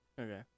Okay